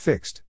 Fixed